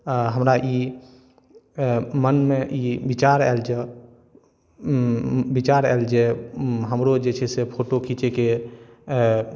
हमरा ई मनमे ई विचार आयल जे विचार आयल जे हमरो जे छै से फोटो खीञ्चैके